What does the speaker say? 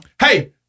Hey